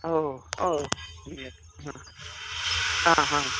ओ ओ हा ह हा